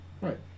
Right